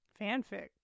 Fanfic